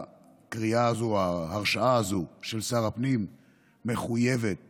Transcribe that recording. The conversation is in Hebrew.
הקריאה הזו, ההרשאה הזו לשר הפנים מחויבת